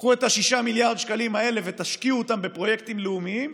קחו את ה-6 מיליארד השקלים האלה ותשקיעו אותם בפרויקטים לאומיים,